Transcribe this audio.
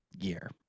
year